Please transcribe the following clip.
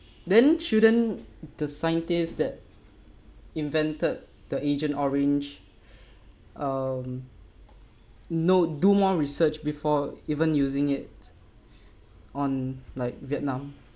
then shouldn't the scientists that invented the agent orange um know do more research before even using it on like vietnam